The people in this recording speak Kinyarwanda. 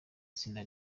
itsinda